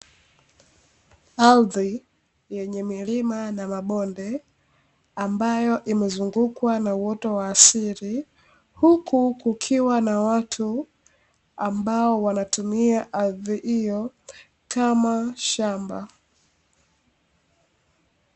Ardhi yenye milima na mabonde, ambayo imezungukwa na uoto wa asili, huku kukiwa na watu ambao wanatumia ardhi hiyo kama shamba.